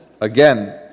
again